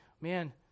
man